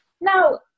Now